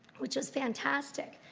which is fantastic.